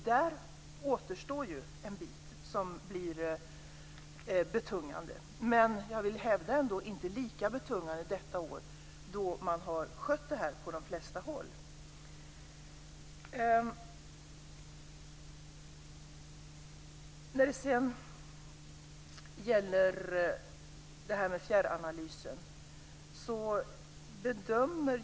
Där återstår en del som blir betungande. Men jag vill hävda att detta blir inte lika betungande detta år då man på de flesta håll har skött detta.